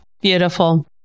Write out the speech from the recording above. beautiful